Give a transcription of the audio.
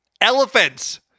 Elephants